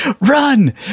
Run